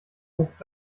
vogt